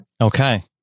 Okay